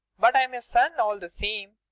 but i'm your son all the same.